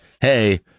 hey